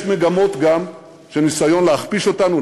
יש מגמות גם של ניסיון להכפיש אותנו,